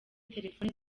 telefone